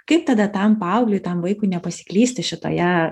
kaip tada tam paaugliui tam vaikui nepasiklysti šitoje